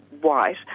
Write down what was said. white